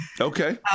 Okay